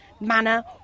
manner